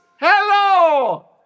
Hello